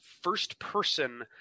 first-person